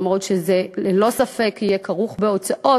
למרות שללא ספק זה יהיה כרוך בהוצאות,